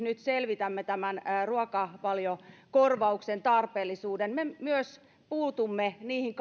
nyt selvitämme tämän ruokavaliokorvauksen tarpeellisuuden me myös puutumme kaikkiin niihin